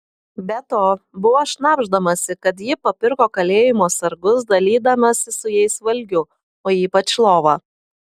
be to buvo šnabždamasi kad ji papirko kalėjimo sargus dalydamasi su jais valgiu o ypač lova